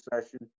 session